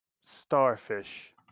starfish